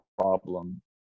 problem